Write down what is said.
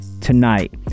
tonight